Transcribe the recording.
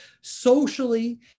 socially